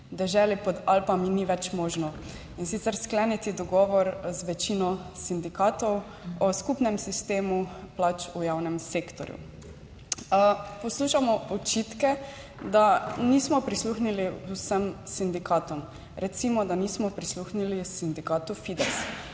deželi pod Alpami ni več možno. In sicer, skleniti dogovor z večino sindikatov o skupnem sistemu plač v javnem sektorju. Poslušamo očitke, da nismo prisluhnili vsem sindikatom, recimo, da nismo prisluhnili sindikatu Fides.